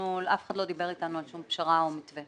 אף אחד לא דיבר איתנו על שום פשרה או מתווה.